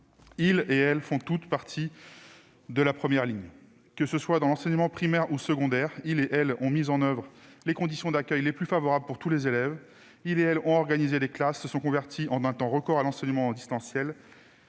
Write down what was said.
Ils et elles font tous partie de la première ligne. Que ce soit dans l'enseignement primaire ou secondaire, ils et elles ont mis en oeuvre les conditions d'accueil les plus favorables pour tous les élèves, ils et elles ont organisé les classes, se sont convertis en un temps record à l'enseignement « en distanciel